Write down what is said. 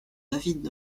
david